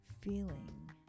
feeling